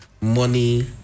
money